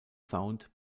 sound